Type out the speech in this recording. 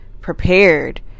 prepared